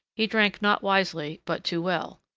he drank not wisely but too well.